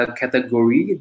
category